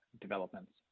developments